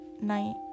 night